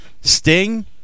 Sting